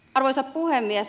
arvoisa puhemies